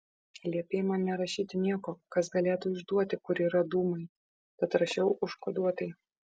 liepei man nerašyti nieko kas galėtų išduoti kur yra dūmai tad rašiau užkoduotai